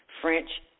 French